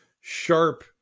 sharp